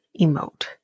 emote